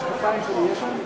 יש רוויזיה בוועדה, מה?